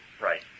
Right